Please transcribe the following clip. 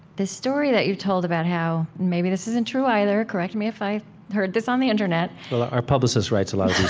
story that you told about how maybe this isn't true either. correct me if i heard this on the internet well, our publicist writes a lot